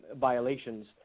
violations